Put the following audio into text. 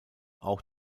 auch